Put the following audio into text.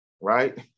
right